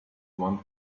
one